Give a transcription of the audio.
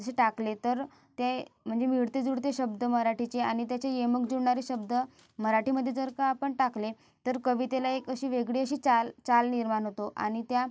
असे टाकले तर ते मंजे मिळते जुळते शब्द मराठीचे आणि त्याचे यमक जुळणारे शब्द मराठीमध्ये जर का आपण टाकले तर कवितेला एक अशी वेगळी अशी चाल चाल निर्माण होतो आणि त्या